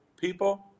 people